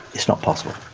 it's not possible.